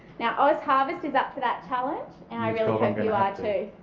now ozharvest is up for that challenge and i really hope you are too.